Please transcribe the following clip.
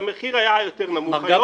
המחיר היה יותר נמוך.